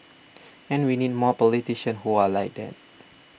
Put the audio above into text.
and we need more politicians who are like that